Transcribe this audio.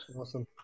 Awesome